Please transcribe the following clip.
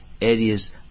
areas